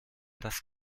des